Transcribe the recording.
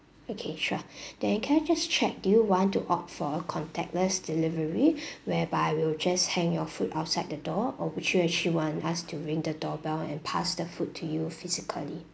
okay sure then can I just check do you want to opt for a contactless delivery whereby we'll just hang your food outside the door or would you actually want us to ring the doorbell and pass the food to you physically